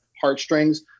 heartstrings